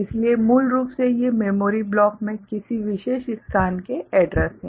इसलिए मूल रूप से ये मेमोरी ब्लॉक में किसी विशेष स्थान के एड्रैस हैं